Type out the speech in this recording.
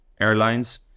airlines